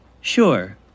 Sure